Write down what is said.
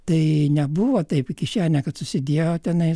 tai nebuvo taip į kišenę kad susidėjo tenais